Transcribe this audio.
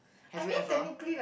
have you ever